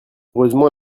heureusement